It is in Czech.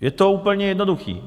Je to úplně jednoduché.